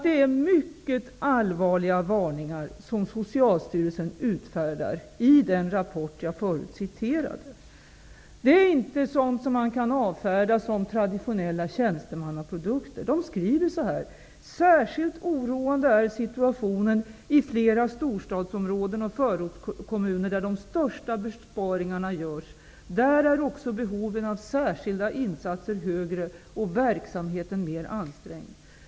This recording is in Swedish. Det är mycket allvarliga varningar som Socialstyrelsen utfärdar i den rapport jag citerade förut. Det är inte sådant som man kan avfärda som traditionella tjänstemannaprodukter. De skriver så här: Särskilt oroande är situationen i flera storstadsområden och förortskommuner där det största besparingarna görs. Där är också behoven av särskilda insatser högre och verksamheten mer ansträngd.